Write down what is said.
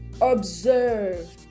Observe